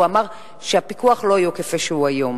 הוא אמר שהפיקוח לא יהיה כפי שהוא היום.